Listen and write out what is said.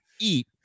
eat